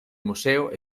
museo